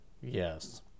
Yes